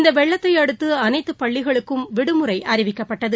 இந்தவெள்ளத்தைஅடுத்துஅனைத்துபள்ளிகளிலும் விடுமுறைஅறிவிக்கப்பட்டது